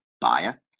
buyer